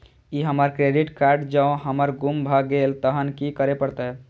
ई हमर credit card जौं हमर गुम भ गेल तहन की करे परतै?